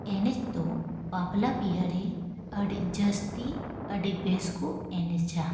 ᱮᱱᱮᱡ ᱫᱚ ᱵᱟᱯᱞᱟ ᱵᱤᱦᱟᱹᱨᱮ ᱟᱹᱰᱤ ᱡᱟᱥᱛᱤ ᱟᱹᱰᱤ ᱵᱮᱥ ᱠᱚ ᱮᱱᱮᱡᱟ